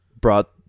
Brought